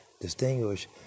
distinguish